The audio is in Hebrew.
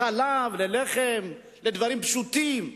לחלב, ללחם, לדברים פשוטים?